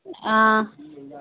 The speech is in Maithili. आँ